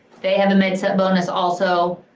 they have a med sub bonus also,